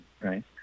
right